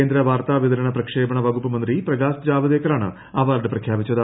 കേന്ദ്ര വാർത്താവിതരണ പ്രക്ഷേപണ വകുപ്പ് മന്ത്രി പ്രകാശ് ജ്യാവദേക്കറാണ് അവാർഡ് പ്രഖ്യാപിച്ചത്